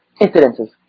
incidences